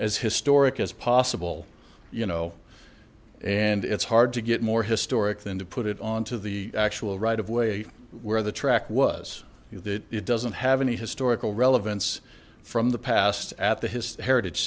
as historic as possible you know and it's hard to get more historic than to put it on to the actual right of way where the track was it doesn't have any historical relevance from the past at the his heritage